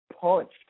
punched